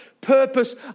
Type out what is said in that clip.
purpose